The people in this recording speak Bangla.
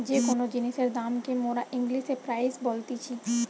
যে কোন জিনিসের দাম কে মোরা ইংলিশে প্রাইস বলতিছি